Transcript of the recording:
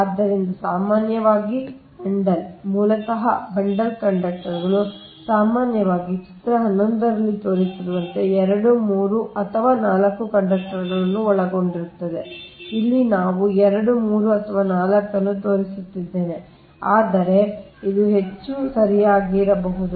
ಆದ್ದರಿಂದ ಸಾಮಾನ್ಯವಾಗಿ ಬಂಡಲ್ ಆದ್ದರಿಂದ ಮೂಲತಃ ಬಂಡಲ್ ಕಂಡಕ್ಟರ್ಗಳು ಸಾಮಾನ್ಯವಾಗಿ ಚಿತ್ರ 11 ರಲ್ಲಿ ತೋರಿಸಿರುವಂತೆ 2 3 ಅಥವಾ 4 ಕಂಡಕ್ಟರ್ಗಳನ್ನು ಒಳಗೊಂಡಿರುತ್ತದೆ ಇಲ್ಲಿ ನಾನು 2 3 ಅಥವಾ 4 ಅನ್ನು ತೋರಿಸುತ್ತಿದ್ದೇನೆ ಆದರೆ ಇದು ಹೆಚ್ಚು ಸರಿಯಾಗಿರಬಹುದು